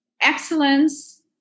excellence